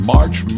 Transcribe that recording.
March